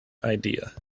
idea